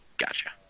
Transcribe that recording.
Gotcha